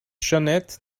jeanette